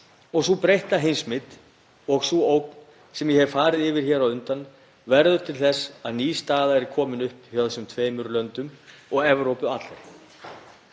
og sú breytta heimsmynd og sú ógn sem ég hef farið yfir hér á undan verður til þess að ný staða er komin upp hjá þessum tveimur löndum og Evrópu allri.